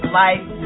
life